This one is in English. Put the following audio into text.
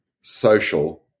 social